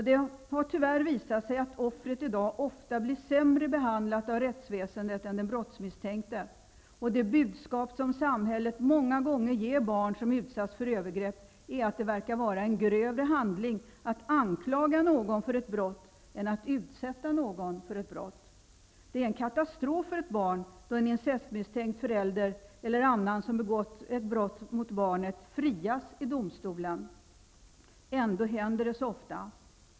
Det har tyvärr visat sig att offret i dag ofta blir sämre behandlat av rättsväsendet än den brottsmisstänkte. Det budskap som samhället många gånger ger barn som utsatts för övergrepp är att det verkar vara en grövre handling att anklaga någon för ett brott än att utsätta någon för ett brott. Det är en katastrof för ett barn, då en incestmisstänkt förälder eller annan som begått brott mot barnet frias i domstolen. Ändå händer det så ofta.